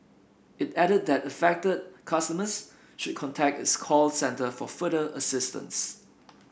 it added that affected customers should contact its call centre for further assistance